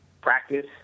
practice